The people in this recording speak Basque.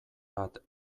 bat